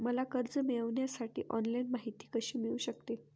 मला कर्ज मिळविण्यासाठी ऑनलाइन माहिती कशी मिळू शकते?